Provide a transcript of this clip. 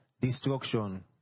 destruction